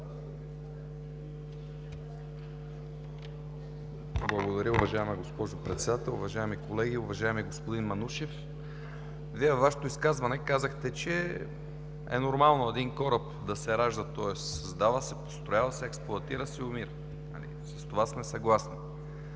Благодаря, уважаема госпожо Председател. Уважаеми колеги! Уважаеми господин Манушев, Вие във Вашето изказване споменахте, че е нормално един кораб да се ражда, тоест създава се, построява се, експлоатира се и умира. С това сме съгласни.